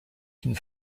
une